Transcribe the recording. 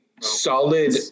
solid